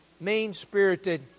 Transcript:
mean-spirited